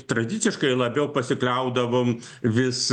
tradiciškai labiau pasikliaudavom vis